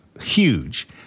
huge